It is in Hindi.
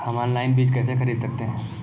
हम ऑनलाइन बीज कैसे खरीद सकते हैं?